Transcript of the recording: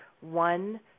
one